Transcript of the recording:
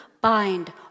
bind